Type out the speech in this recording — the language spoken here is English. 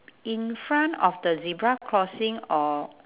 in front of the zebra crossing or